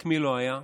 רק מי לא היה?